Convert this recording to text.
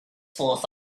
force